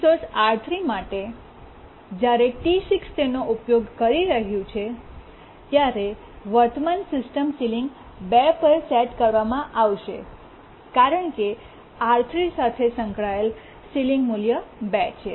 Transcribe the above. resource R3 માટે જ્યારે T6 તેનો ઉપયોગ કરી રહ્યું છે ત્યારે વર્તમાન સિસ્ટમ સીલીંગ 2 પર સેટ કરવામાં આવશે કારણ કે R3 સાથે સંકળાયેલ સીલીંગ મૂલ્ય 2 છે